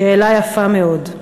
שאלה יפה מאוד.